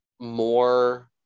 more